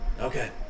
okay